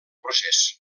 procés